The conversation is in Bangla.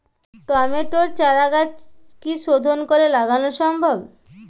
টমেটোর চারাগাছ কি শোধন করে লাগানো সম্ভব?